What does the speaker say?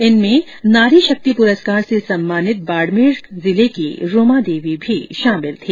इनमें नारी शक्ति प्रसकार से सम्मानित बाड़मेर की रूमा देवी भी शामिल थी